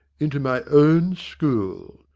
into my own school.